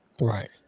Right